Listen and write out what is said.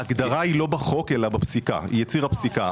ההגדרה היא לא בחוק אלא בפסיקה; היא יציר הפסיקה.